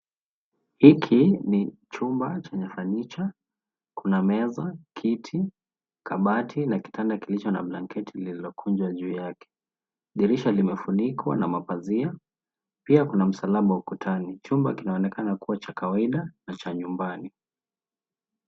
Hiki ni chumba chenye furniture Kuna meza, kiti ,kabati na kitanda kilicho na blanketi zilizokunjwa juu yake. Dirisha limefunikwa na mapazia pia kuna msalaba ukutani. Chumba kunaonekana kuwa cha kawaida na cha nyumbani.